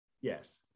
Yes